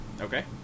Okay